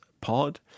pod